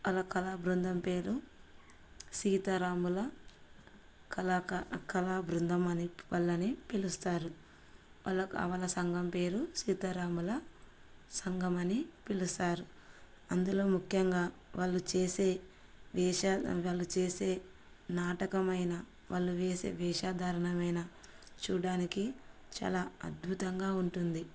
వాళ్ళ కళా బృందం పేరు సీతారాముల కళాక కళా బృందం అని వాళ్ళని పిలుస్తారు వాళ్ళ వాళ్ళ సంఘం పేరు సీతారాముల సంఘం అని పిలుస్తారు అందులో ముఖ్యంగా వాళ్ళు చేసే వేష వాళ్ళు చేసే నాటకమైన వాళ్ళు వేసే వేషాధారణమైన చూడ్డానికి చాలా అద్భుతంగా ఉంటుంది